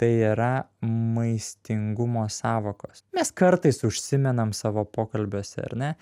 tai yra maistingumo sąvokos mes kartais užsimenam savo pokalbiuose ar ne